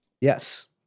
Yes